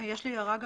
יש לי הערה.